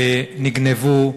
נגנבו ונשדדו,